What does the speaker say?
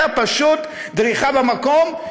אלא פשוט דריכה במקום,